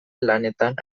lanetan